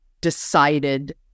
decided